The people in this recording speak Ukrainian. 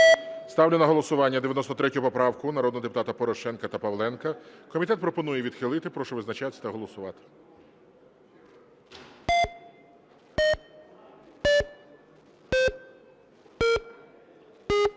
Ставлю на голосування 93 поправку народного депутата Порошенка та Павленка. Комітет пропонує відхилити. Прошу визначатись та голосувати. 13:24:40 За-79